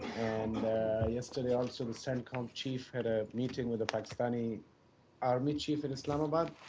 and yesterday also the centcom chief had a meeting with the pakistani army chief in islamabad.